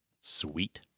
Sweet